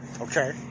Okay